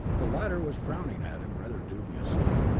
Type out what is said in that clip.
the latter was frowning at him rather dubiously.